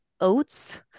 oats